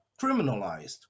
criminalized